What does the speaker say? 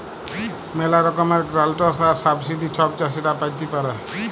ম্যালা রকমের গ্র্যালটস আর সাবসিডি ছব চাষীরা পাতে পারে